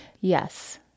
yes